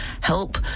Help